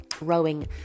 rowing